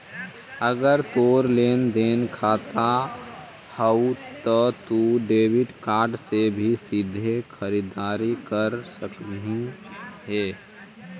अगर तोर लेन देन खाता हउ त तू डेबिट कार्ड से भी सीधे खरीददारी कर सकलहिं हे